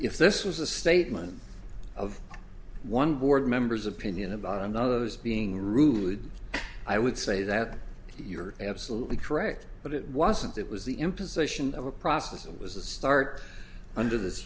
if this is a statement of one board members opinion about another as being rude i would say that you're absolutely correct but it wasn't it was the imposition of a process and was a start under this